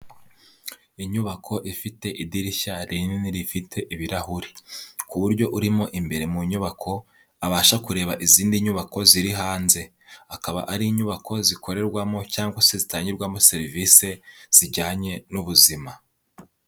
Inyubako ifite idirishya rinini rifite ibirahuri, ku buryo urimo imbere mu nyubako, abasha kureba izindi nyubako ziri hanze, akaba ari inyubako zikorerwamo cyangwa se zitangirwamo serivisi zijyanye n'ubuzima.